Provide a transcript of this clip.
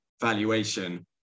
valuation